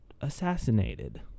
assassinated